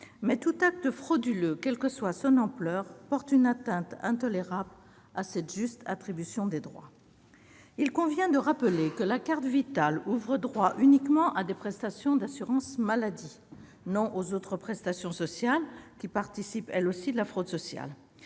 mais tout acte frauduleux, quelle que soit son ampleur, porte une atteinte intolérable à cette juste attribution des droits. Il convient de rappeler que la carte Vitale ouvre droit uniquement à des prestations d'assurance maladie, non aux autres prestations sociales, qui participent elles aussi de la fraude sociale.